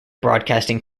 broadcasting